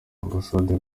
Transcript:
ambasade